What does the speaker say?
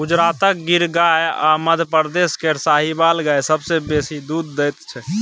गुजरातक गिर गाय आ मध्यप्रदेश केर साहिबाल गाय सबसँ बेसी दुध दैत छै